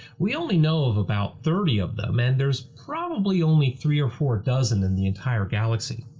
we only know of about thirty of them and there's probably only three or four dozen in the entire galaxy.